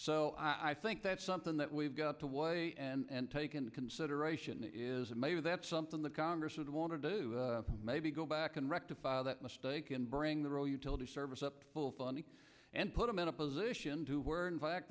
so i think that's something that we've got to weigh and take into consideration is that maybe that's something the congress would want to do maybe go back and rectify that mistake and bring the role utility service up full funding and put them in a position to where in fact